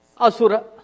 Asura